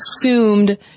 assumed